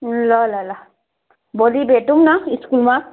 ल ल ल भोलि भेटौँ न स्कुलमा